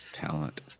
talent